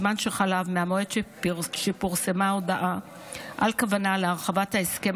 הזמן שחלף מהמועד שפורסמה ההודעה על כוונה להרחבת ההסכם